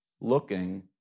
looking